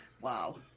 Wow